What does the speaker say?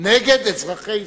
נגד אזרחי ישראל.